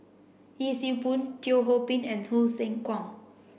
Yee Siew Pun Teo Ho Pin and Hsu Tse Kwang